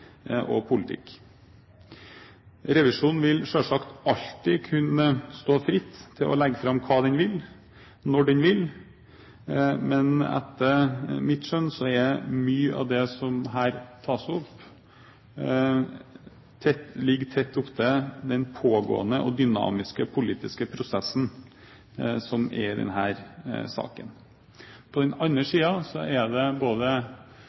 vil selvsagt alltid kunne stå fritt til å legge fram hva den vil, når den vil. Men etter mitt skjønn ligger mye av det som her tas opp, tett opptil den pågående og dynamiske politiske prosessen som er i denne saken. På den andre siden er det både